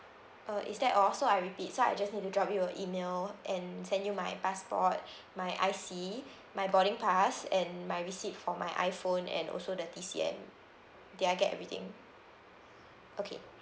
uh is that all so I repeat so I just need to drop you a email and send you my passport my I_C my boarding pass and my receipt for my iPhone and also the T_C_M then I get everything okay